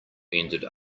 ended